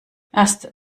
erst